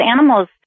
animals